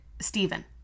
Stephen